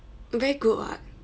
very good [what]